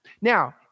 Now